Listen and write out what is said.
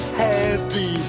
happy